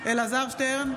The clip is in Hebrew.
אלעזר שטרן,